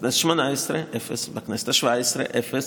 בכנסת השמונה-עשרה, אפס.